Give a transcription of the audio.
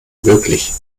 wirklich